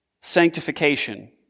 sanctification